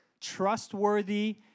trustworthy